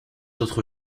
autre